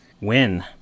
win